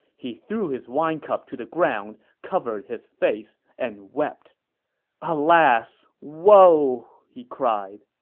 he threw his wine cup to the ground, covered his face, and wept alas! woe! he cried